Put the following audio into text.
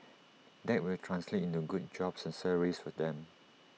that will translate into good jobs and salaries for them